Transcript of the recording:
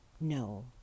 no